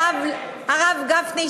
הרב גפני,